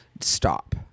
stop